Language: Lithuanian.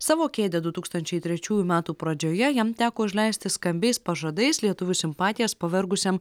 savo kėdę du tūkstančiai trečiųjų metų pradžioje jam teko užleisti skambiais pažadais lietuvių simpatijas pavergusiam